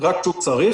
רק כשהוא צריך,